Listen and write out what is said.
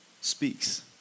speaks